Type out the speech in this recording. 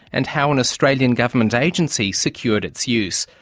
and how an australian government agency secured its use.